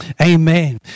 Amen